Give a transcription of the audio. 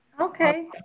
okay